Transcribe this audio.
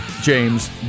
James